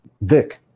vic